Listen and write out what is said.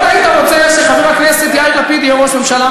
מאוד היית רוצה שחבר הכנסת יאיר לפיד יהיה ראש הממשלה.